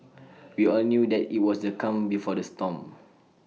we all knew that IT was the calm before the storm